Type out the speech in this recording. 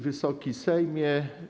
Wysoki Sejmie!